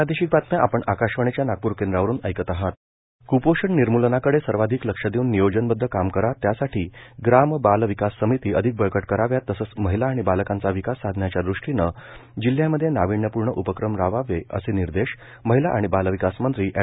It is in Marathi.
ग्राम बाल विकास समिती कपोषण निर्मुलनाकडे सर्वाधिक लक्ष देऊन नियोजनबदध काम करा त्यासाठी ग्राम बाल विकास समिती अधिक बळकट कराव्यात तसंच महिला आणि बालकांचा विकास साधण्याच्या ृष्टीनं जिल्ह्यामध्ये नाविन्यपूर्ण उपक्रम राबवावे असे निर्देश महिला आणि बालविकास मंत्री एड